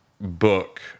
book